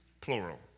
Plural